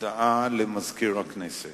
הודעה לסגן מזכיר הכנסת.